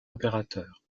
opérateurs